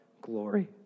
glory